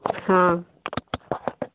हाँ